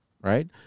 right